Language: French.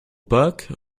pâques